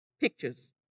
pictures